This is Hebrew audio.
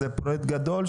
זה פרויקט גדול,